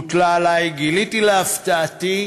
וגיליתי להפתעתי,